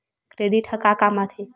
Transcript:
Credit ह का काम आथे?